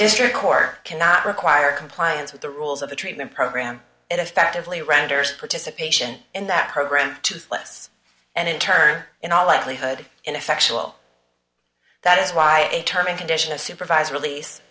district court cannot require compliance with the rules of the treatment program and effectively renders participation in that program to less and in turn in all likelihood ineffectual that is why a term and condition of supervised release